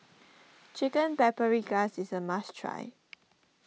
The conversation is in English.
Chicken Paprikas is a must try